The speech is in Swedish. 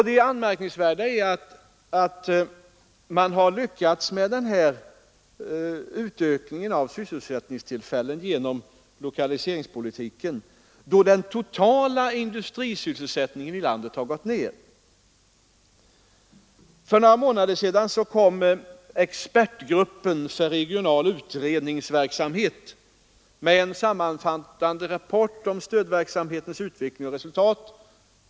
Det anmärkningsvärda är att man har lyckats med utökningen av sysselsättningstillfällena genom lokaliseringspolitiken samtidigt som den totala industrisysselsättningen i landet har gått ned. För några månader sedan kom expertgruppen för regional utredningsverksamhet med en sammanfattande rapport om stödverksamhetens utveckling och resultat.